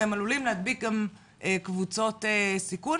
והם עלולים להדביק גם קבוצות סיכון.